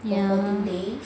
ya